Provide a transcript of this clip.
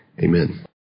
Amen